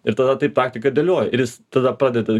ir tada taip taktiką dėlioji ir jis tada pradeda